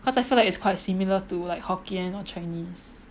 because I feel like it's quite similar to like Hokkien or Chinese